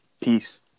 Peace